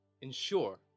ensure